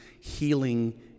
healing